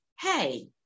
hey